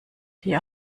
die